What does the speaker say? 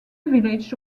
village